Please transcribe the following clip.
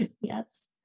Yes